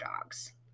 dogs